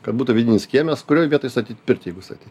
kad būtų vidinis kiemas kurio vietoj statyt pirtį jeigu statyt